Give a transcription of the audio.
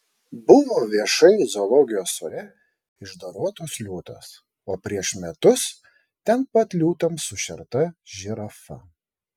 buvo viešai zoologijos sode išdorotas liūtas o prieš metus ten pat liūtams sušerta žirafa